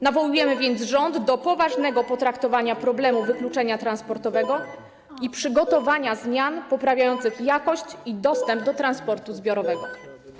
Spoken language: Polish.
Nawołujemy więc rząd do poważnego potraktowania problemu wykluczenia transportowego i przygotowania zmian poprawiających jakość i dostęp do transportu zbiorowego.